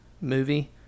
movie